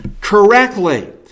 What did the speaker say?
correctly